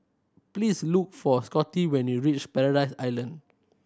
please look for Scotty when you reach Paradise Island